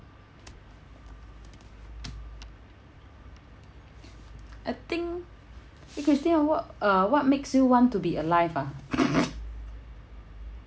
I think eh christine wh~ uh what makes you want to be alive ah